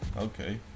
okay